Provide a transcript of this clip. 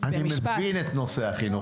אני מבין את נושא החינוך,